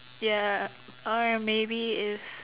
ya alright maybe if